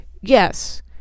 yes